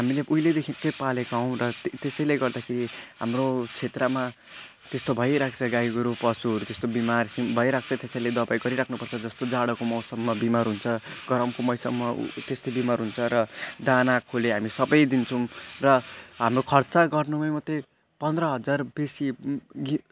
हामीले उहिलेदेखिकै पालेका हौँ र त्यो त्यसैले गर्दाखेरि हाम्रो क्षेत्रमा त्यस्तो भइराख्छ गाई गोरु पशुहरू त्यस्तो बिमार भइराख्छ त्यसैले दबाई गरिराख्नु पर्छ जस्तो जाडोको मौसममा बिमार हुन्छ गरमको मौसममा त्यस्तै बिमार हुन्छ र दाना खोले हामी सबै दिन्छौँ र हाम्रो खर्च गर्नुमा मात्र पन्ध्र हजार बेसी